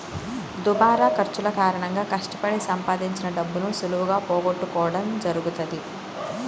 దుబారా ఖర్చుల కారణంగా కష్టపడి సంపాదించిన డబ్బును సులువుగా పోగొట్టుకోడం జరుగుతది